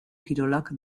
kirolak